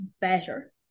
better